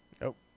Nope